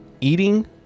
eating